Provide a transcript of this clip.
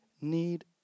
need